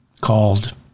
called